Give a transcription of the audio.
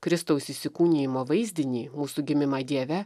kristaus įsikūnijimo vaizdinį mūsų gimimą dieve